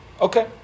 Okay